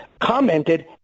commented